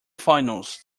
finals